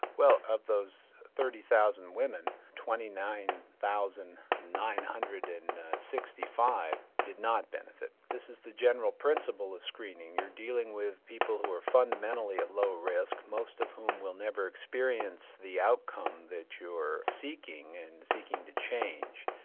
well, of those thirty thousand women, twenty nine thousand nine hundred and sixty five did not benefit from screening. this is the general principle of screening. you're dealing with people who are fundamentally at lower risk, most of whom will never experience the outcome that you're seeking and seeking to change.